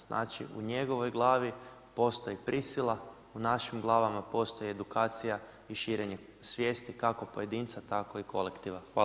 Znači u njegovoj glavi postoji prisila, u našim glavama postoji edukacija i širenje svijesti kako pojedinca tako i kolektiva.